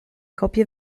copie